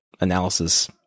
analysis